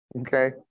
Okay